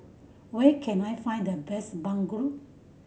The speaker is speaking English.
where can I find the best bandung